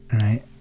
Right